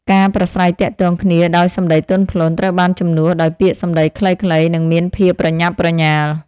ការប្រាស្រ័យទាក់ទងគ្នាដោយសម្តីទន់ភ្លន់ត្រូវបានជំនួសដោយពាក្យសម្តីខ្លីៗ និងមានភាពប្រញាប់ប្រញាល់។